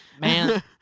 Man